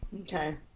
Okay